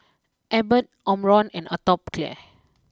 Abbott Omron and Atopiclair